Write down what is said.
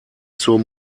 zur